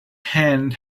hands